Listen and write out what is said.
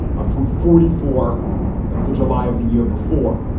up from forty four of the july of the year before.